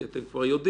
כי אתם כבר יודעים.